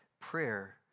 prayer